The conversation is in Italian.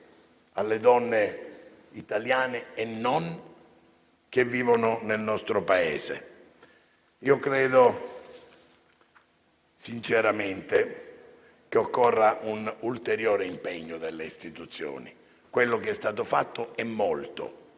alle donne italiane e non che vivono nel nostro Paese. Credo sinceramente che occorra un ulteriore impegno delle istituzioni. Quello che è stato fatto è molto,